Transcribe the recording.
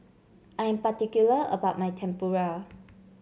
I am particular about my Tempura